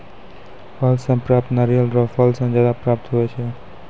फल से प्राप्त नारियल रो फल से ज्यादा प्राप्त हुवै छै